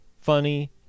funny